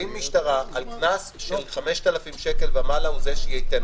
קצין משטרה קנס של 5,000 שקל ומעלה, הוא זה שייתן.